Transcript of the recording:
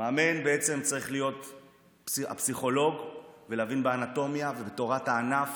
המאמן צריך להיות הפסיכולוג ולהבין באנטומיה ובתורת הענף